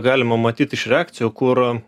galima matyt iš reakcijų kur